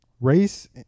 race